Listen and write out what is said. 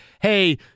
hey